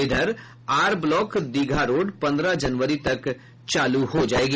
इधर R block Digha road पन्द्रह जनवरी तक चालू हो जायेगा